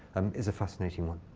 is a fascinating one.